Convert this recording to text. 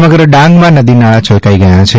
સમગ્ર ડાંગમાં નદી નાળા છલકાઇ ગયા છે